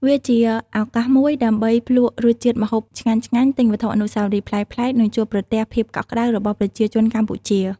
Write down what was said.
វាជាឱកាសមួយដើម្បីភ្លក្សរសជាតិម្ហូបឆ្ងាញ់ៗ ទិញវត្ថុអនុស្សាវរីយ៍ប្លែកៗ និងជួបប្រទះភាពកក់ក្តៅរបស់ប្រជាជនកម្ពុជា។